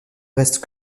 reste